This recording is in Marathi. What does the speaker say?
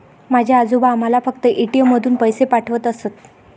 माझे आजोबा आम्हाला फक्त ए.टी.एम मधून पैसे पाठवत असत